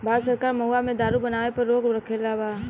भारत सरकार महुवा से दारू बनावे पर रोक रखले बा